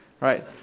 Right